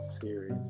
series